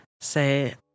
say